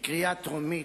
בקריאה טרומית,